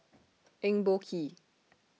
Eng Boh Kee